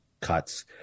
cuts